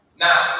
Now